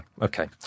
okay